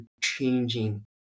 changing